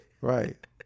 Right